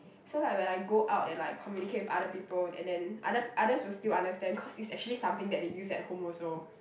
so like when I go out and like communicate with other people and then other others will still understand cause it's actually something that they use at home also